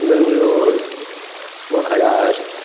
Bangalore Maharashtra